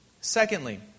secondly